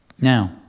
Now